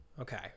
okay